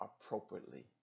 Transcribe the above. appropriately